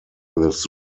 this